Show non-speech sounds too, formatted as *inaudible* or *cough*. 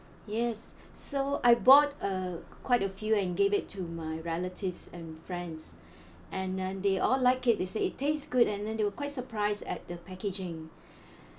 yes so I bought uh quite a few and gave it to my relatives and friends *breath* and then they all like it they say it taste good and then they were quite surprised at the packaging